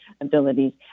abilities